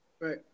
Right